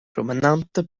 promenante